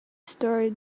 story